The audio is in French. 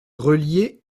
grelier